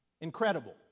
Incredible